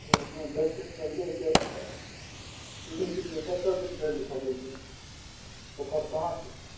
एहिमे भैक्सीन आर लैके छल लैकेलिये कत्तऽ लैले पड़ै छै ओकर कहाँ छै